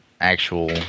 actual